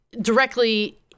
directly